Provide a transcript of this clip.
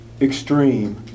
extreme